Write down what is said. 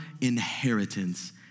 inheritance